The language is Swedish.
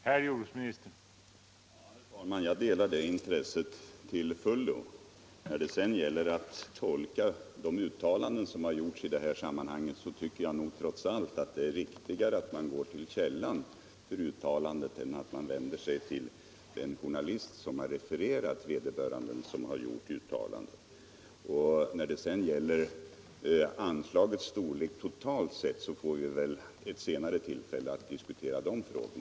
Herr talman! Ja, jag delar det intresset till fullo. När det sedan gäller att tolka de uttalanden som har gjorts i detta sammanhang, så tycker jag trots allt att det är riktigare att gå till källan för uttalandena än att vända sig till den journalist som har refererat dem. Anslagets storlek totalt sett får vi väl tillfälle att senare diskutera.